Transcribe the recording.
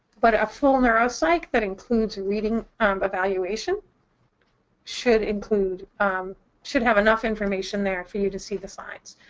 but a full neuro-psych that includes reading evaluation should include should have enough information there for you to see the signs.